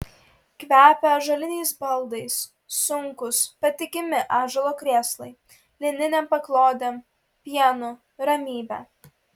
kvepia ąžuoliniais baldais sunkūs patikimi ąžuolo krėslai lininėm paklodėm pienu ramybe